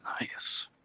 Nice